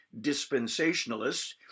dispensationalists